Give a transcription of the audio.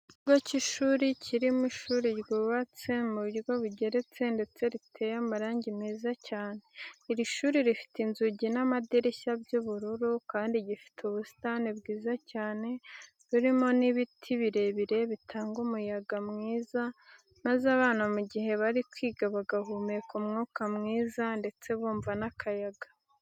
Ikigo cy'ishuri kirimo ishuri ryubatse mu buryo bugeretse ndetse riteye amarangi meza cyane. Iri shuri rifite inzugi n'amadirishya by'ubururu kandi gifite ubusitani bwiza cyane burimo n'ibiti birebire bitanga umuyaga mwiza maze abana mu gihe bari kwiga bagahumeka umwuka mwiza ndetse bumva n'akayaga.